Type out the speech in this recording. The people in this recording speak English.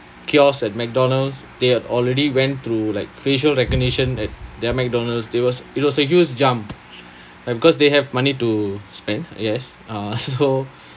kiosk at mcdonald's they had already went through like facial recognition at their mcdonald's there was it was a huge jump right because they have money to spend yes uh so